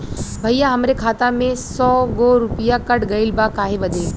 भईया हमरे खाता में से सौ गो रूपया कट गईल बा काहे बदे?